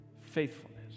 faithfulness